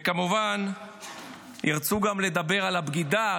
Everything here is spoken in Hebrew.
וכמובן ירצו גם לדבר על הבגידה,